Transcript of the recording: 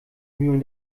mühlen